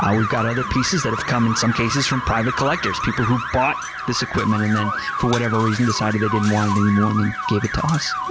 ah we've got other pieces that have come, in some cases, from private collectors. people who bought this equipment and then for whatever reason decided they didn't want it anymore and then gave it to us.